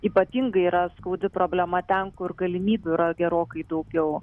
ypatingai yra skaudi problema ten kur galimybių yra gerokai daugiau